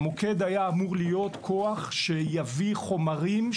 המוקד היה אמור להיות כוח שיביא חומרים,